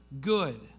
good